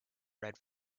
red